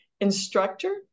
instructor